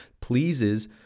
pleases